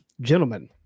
Gentlemen